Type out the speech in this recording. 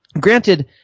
granted